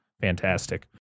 fantastic